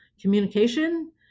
communication